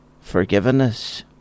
forgiveness